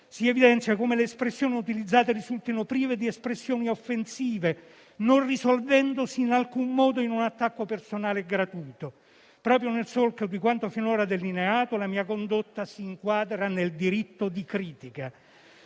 si evidenzia come le espressioni utilizzate risultino prive di espressioni offensive, non risolvendosi in alcun modo in un attacco personale e gratuito». Proprio nel solco di quanto finora delineato, la mia condotta si inquadra nel diritto di critica.